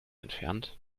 entfernt